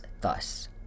thus